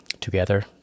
together